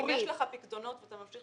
אם יש לך פיקדונות ואתה ממשיך